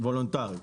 וולונטרית.